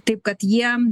taip kad jie